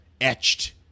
etched